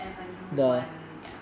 avenue one ya